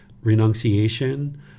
renunciation